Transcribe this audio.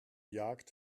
jagd